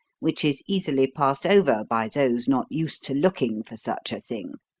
which is easily passed over by those not used to looking for such a thing.